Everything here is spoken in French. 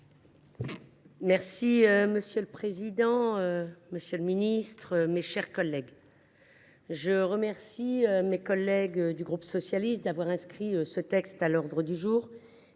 Poly. Monsieur le président, monsieur le ministre, mes chers collègues, je remercie mes collègues du groupe socialiste d’avoir inscrit ce texte à l’ordre du jour